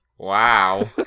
Wow